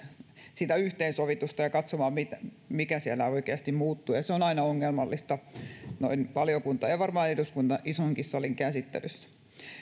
tekemään yhteensovitusta ja katsomaan mikä siellä oikeasti muuttui ja se on aina ongelmallista valiokuntakäsittelyssä ja varmaan eduskunnan isonkin salin käsittelyssä vuonna